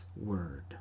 word